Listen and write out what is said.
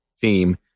theme